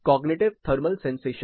cognitive thermal sensation